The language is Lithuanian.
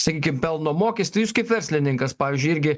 sakykim pelno mokestį jūs kaip verslininkas pavyzdžiui irgi